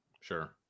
Sure